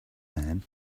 man